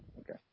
Okay